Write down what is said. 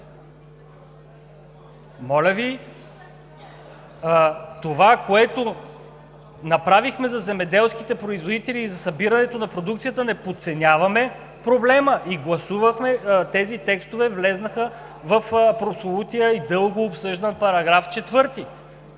Моля Ви, това, което направихме за земеделските производители и за събирането на продукцията, не подценяваме проблема и гласувахме, тези текстове влезнаха в прословутия и дълго обсъждан § 4. Недейте